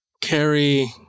carry